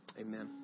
amen